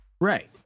Right